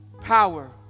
power